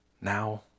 Now